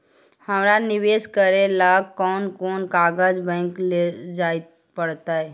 हमरा निवेश करे ल कोन कोन कागज बैक लेजाइ पड़तै?